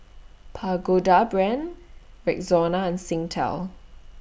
Pagoda Brand Rexona and Singtel